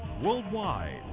worldwide